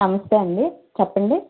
నమస్తే అండీ చెప్పండి